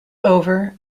over